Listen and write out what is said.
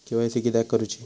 KYC किदयाक करूची?